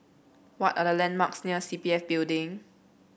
what are the landmarks near C P F Building